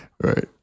Right